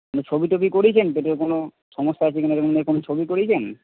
ছবি টবি করিয়েছেন পেটের কোন সমস্যা আছে কিনা এরকম এরকম ছবি করিয়েছেন